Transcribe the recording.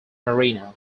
marino